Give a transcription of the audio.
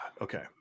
Okay